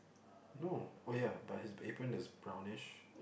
no oh ya but his apron is brownish